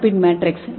lipid matrix